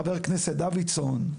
חבר הכנסת דוידסון,